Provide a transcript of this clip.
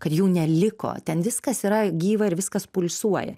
kad jų neliko ten viskas yra gyva ir viskas pulsuoja